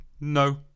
No